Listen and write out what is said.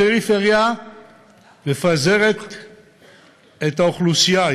הפריפריה מפזרת את האוכלוסייה,